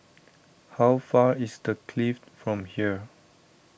how far is the Clift from here